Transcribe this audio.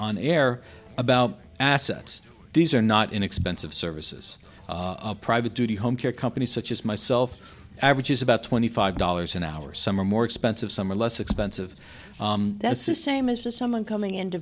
on air about assets these are not inexpensive services a private duty home care company such as myself averages about twenty five dollars an hour some are more expensive some are less expensive that's the same as just someone coming in to